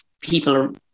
people